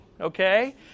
okay